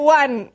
one